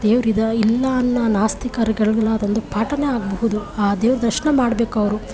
ದೇವ್ರು ಇದ್ಯಾ ಇಲ್ಲ ಅನ್ನೋ ನಾಸ್ತಿಕರುಗಳಿಗೆಲ್ಲ ಅದೊಂದು ಪಾಠವೇ ಆಗಬಹುದು ಆ ದೇವ್ರ ದರ್ಶನ ಮಾಡ್ಬೇಕವರು